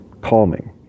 calming